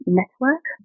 network